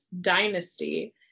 Dynasty